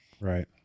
right